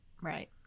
right